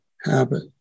habit